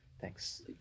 thanks